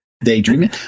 Daydreaming